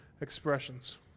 expressions